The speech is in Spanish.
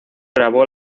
grabó